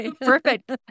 perfect